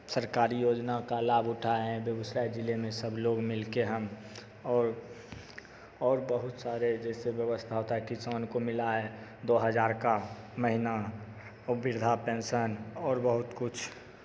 सरकारी योजना का लाभ उठा है बेगूसराय ज़िले में सब लोग मिल के हम और और बहुत सारे जैसे व्यवस्था होता है किसानों को मिला है दो हज़ार का महीना ओ वृद्धा पेंशन और बहुत कुछ